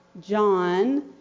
John